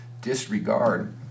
disregard